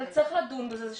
אבל צריך לדון בזה.